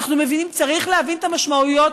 צריך להבין את המשמעויות.